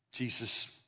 Jesus